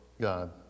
God